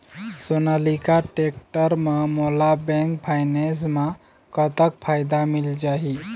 Sonalika tractor म मोला bank finance म कतक फायदा मिल जाही?